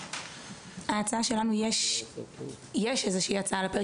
לנו יש הצעה על הפרק.